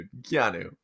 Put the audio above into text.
keanu